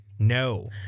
No